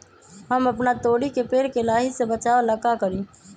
हम अपना तोरी के पेड़ के लाही से बचाव ला का करी?